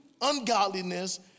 ungodliness